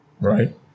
Right